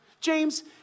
James